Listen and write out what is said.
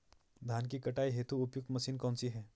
धान की कटाई हेतु उपयुक्त मशीन कौनसी है?